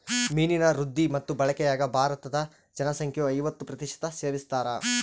ಮೀನಿನ ವೃದ್ಧಿ ಮತ್ತು ಬಳಕೆಯಾಗ ಭಾರತೀದ ಜನಸಂಖ್ಯೆಯು ಐವತ್ತು ಪ್ರತಿಶತ ಸೇವಿಸ್ತಾರ